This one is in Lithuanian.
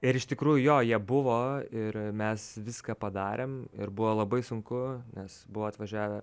ir iš tikrųjų jo jie buvo ir mes viską padarėm ir buvo labai sunku nes buvo atvažiavę